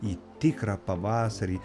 į tikrą pavasarį